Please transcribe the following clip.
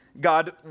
God